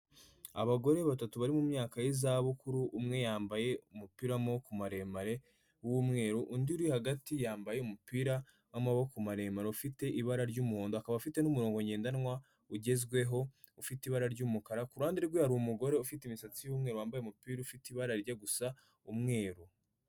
Abagore batatu bari mu myaka y'izabukuru, umwe yambaye umupira w'amaboko maremare w'umweru, undi uri hagati yambaye umupira w'amaboko maremare ufite ibara ry'umuhondo, akaba afite umurongo ngendanwa ugezweho ufite ibara ry'umukara, ku ruhande rwe hari umugore ufite imisatsi y'umweru, wambaye umupira ufite ibara rijya gusa umweru.